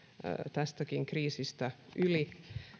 tästäkin kriisistä yli